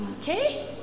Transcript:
Okay